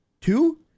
Two